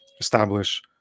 establish